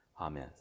Amen